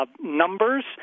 numbers